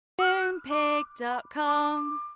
Moonpig.com